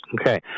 Okay